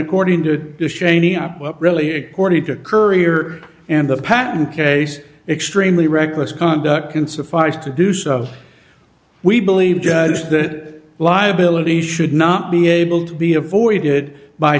according to cheney up what really according to a courier and the patent case extremely reckless conduct can suffice to do so we believe judge that liability should not be able to be avoided by